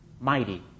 mighty